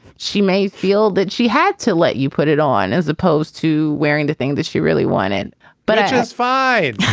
she may feel that she had to let you put it on as opposed to wearing the thing that she really wanted but just fine.